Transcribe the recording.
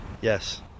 Yes